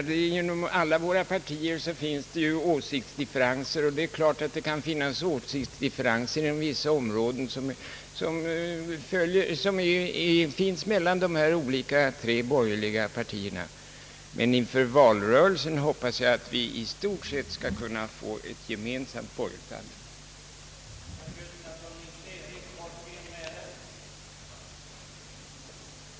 Det kan alltså inom vissa områden förekomma åsiktsdifferenser mellan de tre borgerliga partierna, men inför valrörelsen hoppas jag att vi i stort sett skall kunna få ett gemensamt borgerligt alternativ.